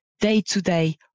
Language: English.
day-to-day